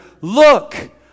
Look